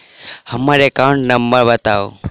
हम्मर account number बताऊ?